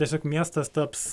tiesiog miestas taps